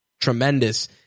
tremendous